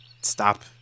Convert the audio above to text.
stop